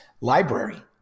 library